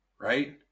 Right